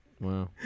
wow